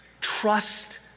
Trust